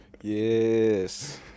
Yes